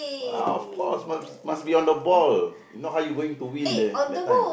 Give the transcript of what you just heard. uh of course must must be on the ball if not how you going to win the that time